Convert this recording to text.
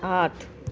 आठ